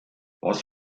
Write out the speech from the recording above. was